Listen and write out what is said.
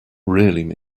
mean